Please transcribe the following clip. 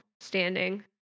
standing